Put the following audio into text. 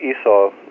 Esau